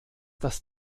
das